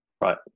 Right